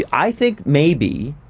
i think maybe.